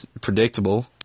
predictable